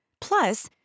Plus